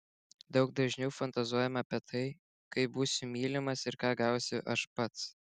daug dažniau fantazuojama apie tai kaip būsiu mylimas ir ką gausiu aš pats